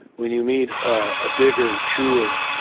when you meet a bigger, truer,